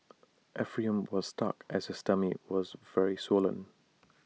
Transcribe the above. Ephraim was stuck as his tummy was very swollen